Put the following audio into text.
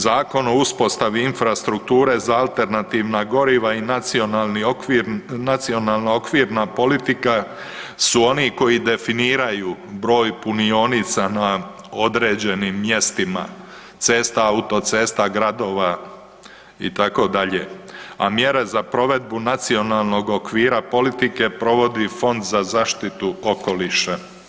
Zakon o uspostavi infrastrukture za alternativna goriva i nacionalni okvir, nacionalna okvirna politika su oni koji definiraju broj punionica na određenim mjestima cesta, autocesta, gradova itd., a mjere za provedbu nacionalnog okvira politike provodi Fond za zaštitu okoliša.